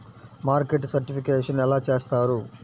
Market certification ఎలా చేస్తారు?